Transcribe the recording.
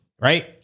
right